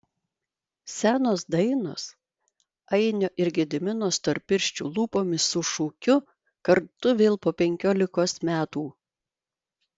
senos dainos ainio ir gedimino storpirščių lūpomis su šūkiu kartu vėl po penkiolikos metų